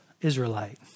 Israelite